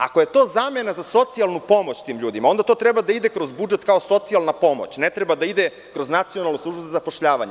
Ako je to zamena za socijalnu pomoć tim ljudima, onda to treba da ide kroz budžet kao socijalna pomoć, ne treba da ide kroz Nacionalnu službu za zapošljavanje.